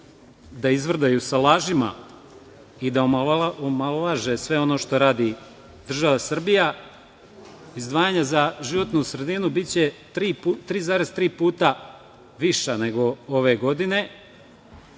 da izvrdaju sa lažima i da omalovaže sve ono što radi država Srbija, izdvajanja za životnu sredinu biće 3,3 puta viša nego ove godine